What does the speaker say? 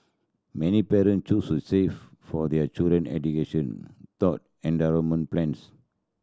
many parent choose to save for their children education endowment plans